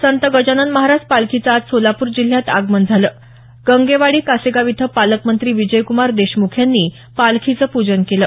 संत गजानन महाराज पालखीचं आज सोलापूर जिल्ह्यात आगमन झालं गंगेवाडी कासेगाव इथं पालकमंत्री विजयक्मार देशमुख यांनी पालखीचं पूजन केलं